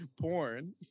porn